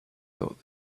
thought